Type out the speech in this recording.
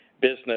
business